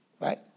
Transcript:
right